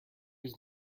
was